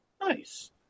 Nice